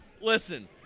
Listen